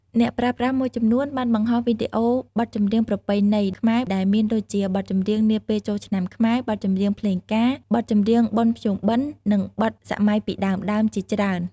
អ្នកប្រើប្រាស់មួយចំនួនបានបង្ហោះវីដេអូបទចម្រៀងប្រពៃណីខ្មែរដែលមានដូចជា បទចម្រៀងនាពេលចូលឆ្នាំខ្មែរ បទចម្រៀងភ្លេងការ បទចម្រៀងបុណ្យភ្ជុំបិណ្ឌ និងបទសម័យពីដើមៗជាច្រើន។